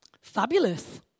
Fabulous